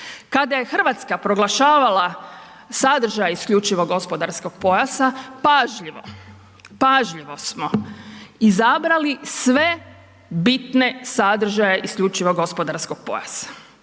Kada je Hrvatska proglašavala sadržaj isključivog gospodarskog pojasa pažljivo, pažljivo smo izabrali sve bitne sadržaje isključivog gospodarskog pojasa.